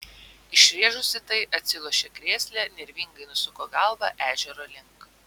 išrėžusi tai atsilošė krėsle nervingai nusuko galvą ežero link